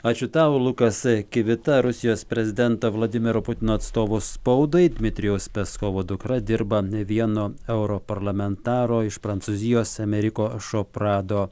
ačiū tau lukas kivita rusijos prezidento vladimiro putino atstovo spaudai dmitrijaus peskovo dukra dirba ne vieno europarlamentaro iš prancūzijos ameriko šoprado